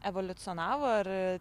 evoliucionavo ar